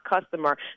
customer